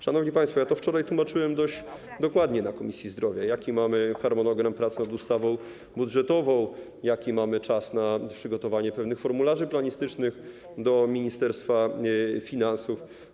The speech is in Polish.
Szanowni państwo, wczoraj tłumaczyłem to dość dokładnie na posiedzeniu Komisji Zdrowia, jaki mamy harmonogram prac nad ustawą budżetową, jaki mamy czas na przygotowanie pełnych formularzy planistycznych do Ministerstwa Finansów.